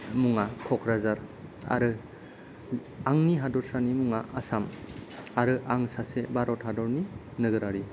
मुङा क'क्राझार आरो आंनि हादरसानि मुङा आसाम आरो आं सासे भारत हादरनि नोगोरारि